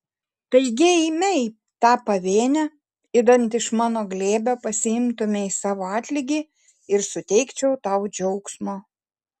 taigi eime į tą pavėnę idant iš mano glėbio pasiimtumei savo atlygį ir suteikčiau tau džiaugsmo